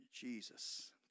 Jesus